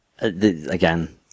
Again